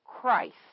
Christ